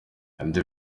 ibyo